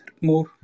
more